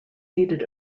needed